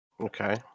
okay